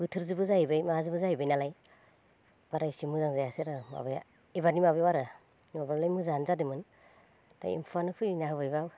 बोथोरजोंबो जाहैबाय माजोंबो जाहैबाय नालाय बारा एसे मोजां जायासै आरो माबाया एबारनि माबायाव आरो नङाबालाय मोजांआनो जादोंमोन ओमफ्राय एम्फौआनो फैना होबायबा